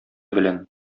белән